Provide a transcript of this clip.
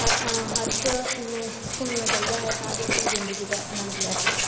ਹਰ ਹਰ ਇੱਕ ਨੂੰ ਘੁੰਮਣਾ ਚਾਹੀਦਾ ਹੈ ਤਾਂ ਜੋ ਆਪਣੀ ਜ਼ਿੰਦਗੀ ਦਾ ਅਨੰਦ ਲੈ ਸਕੇ